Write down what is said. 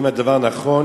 1. האם הדבר נכון?